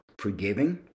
forgiving